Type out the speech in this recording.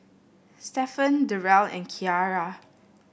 Stephen Derrell and Kiarra